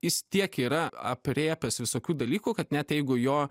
jis tiek yra aprėpęs visokių dalykų kad net jeigu jo